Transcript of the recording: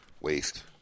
Waste